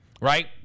right